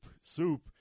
soup